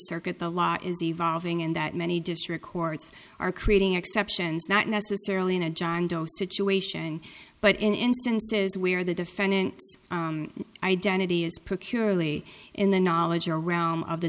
circuit the law is evolving in that many district courts are creating exceptions not necessarily in a john doe situation but in instances where the defendant identity is particularly in the knowledge or room of the